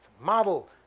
Model